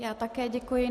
Já také děkuji.